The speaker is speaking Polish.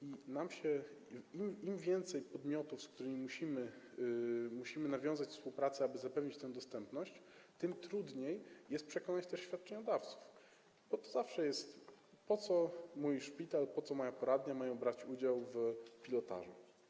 Im więcej podmiotów, z którymi musimy nawiązać współpracę, aby zapewnić tę dostępność, tym trudniej jest też przekonać świadczeniodawców, bo to zawsze jest: Po co mój szpital, po co moja poradnia mają brać udział w pilotażu?